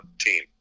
team